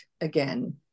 again